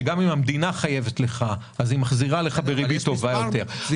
שגם אם המדינה חייבת לך היא מחזירה לך בריבית טובה יותר.